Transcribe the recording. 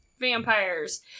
vampires